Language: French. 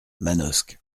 manosque